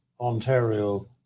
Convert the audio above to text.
Ontario